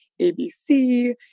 ABC